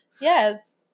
Yes